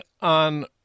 on